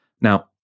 Now